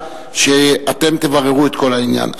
שאתם תבררו את כל העניין.